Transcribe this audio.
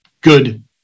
good